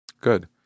Good